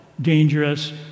dangerous